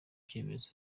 icyemezo